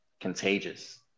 contagious